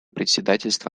председательства